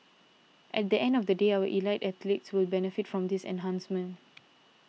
at the end of the day our elite athletes will benefit from this enhancement